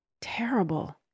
terrible